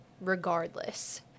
regardless